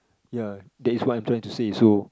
ya that is what I'm trying to say so